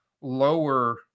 lower